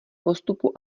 postupu